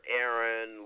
Aaron